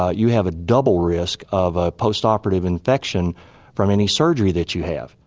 ah you have a double risk of ah postoperative infection from any surgery that you have.